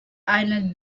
eine